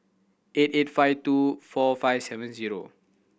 eight eight five two four five seven zero